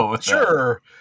Sure